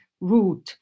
root